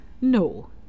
No